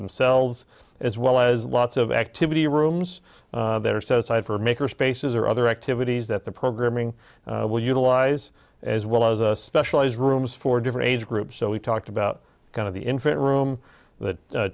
themselves as well as lots of activity rooms that are set aside for make or spaces or other activities that the programming will utilize as well as a specialized rooms for different age groups so we talked about kind of the infant room that